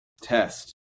test